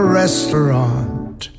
restaurant